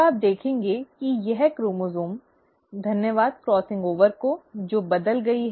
अब आप देखेंगे कि यह क्रोमोसोम् धन्यवाद क्रॉसिंग ओवर को जो बदल गई है